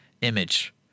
image